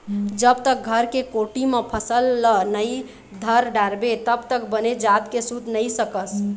जब तक घर के कोठी म फसल ल नइ धर डारबे तब तक बने जात के सूत नइ सकस